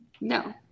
no